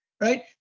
right